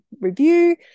review